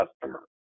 customer